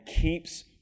keeps